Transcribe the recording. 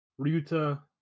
Ryuta